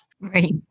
Right